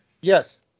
Yes